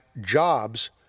jobs